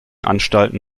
anstalten